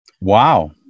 Wow